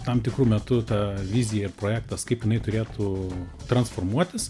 tam tikru metu ta vizija ir projektas kaip jinai turėtų transformuotis